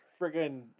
friggin